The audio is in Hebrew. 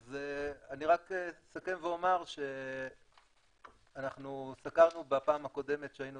אני רק אסכם ואומר שאנחנו סקרנו בפעם הקודמת שהיינו